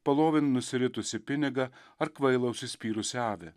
palovin nusiritusį pinigą ar kvailą užsispyrusią avį